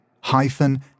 hyphen